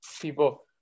people